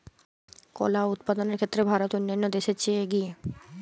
কলা উৎপাদনের ক্ষেত্রে ভারত অন্যান্য দেশের চেয়ে এগিয়ে